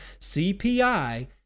CPI